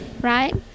right